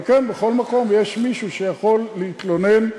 אבל בכל מקום יש מישהו שיכול להתלונן.